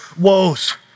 woes